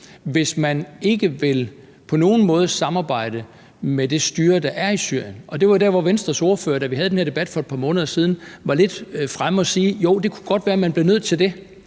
hvis man ikke på nogen måde vil samarbejde med det styre, der er i Syrien? Og det var der, hvor Venstres ordfører, da vi havde den her debat for et par måneder siden, var lidt fremme og sagde, at det godt kunne være, at man blev nødt til det,